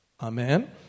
Amen